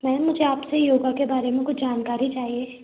ma'am मुझे आपसे योगा के बारे में कुछ जानकारी चाहिए